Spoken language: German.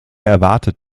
erwartet